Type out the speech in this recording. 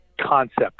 concept